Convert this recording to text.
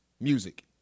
music